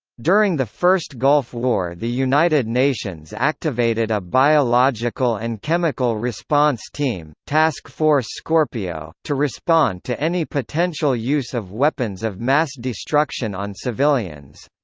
during the first gulf war the united nations activated a biological and chemical response team, task force scorpio, to respond to any potential use of weapons of mass destruction on civilians.